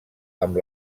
amb